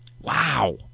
Wow